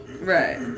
right